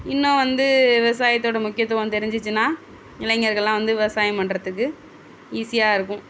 இன்னும் வந்து விவசாயத்தோட முக்கியத்துவம் தெரிஞ்சுச்சினா இளைஞர்களெலாம் வந்து விவசாயம் பண்ணுறத்துக்கு ஈஸியாக இருக்கும்